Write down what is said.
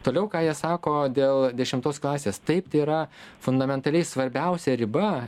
toliau ką jie sako dėl dešimtos klasės taip tai yra fundamentaliai svarbiausia riba